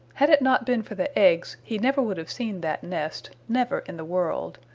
had it not been for the eggs he never would have seen that nest, never in the world.